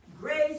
grace